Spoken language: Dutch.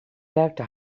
werkte